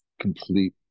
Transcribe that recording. complete